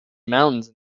mountains